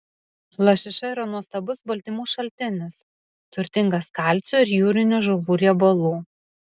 lašiša yra nuostabus baltymų šaltinis turtingas kalcio ir jūrinių žuvų riebalų